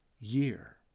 year